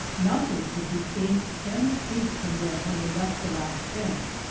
nothing could be seen ten feet from them when they left the last fence,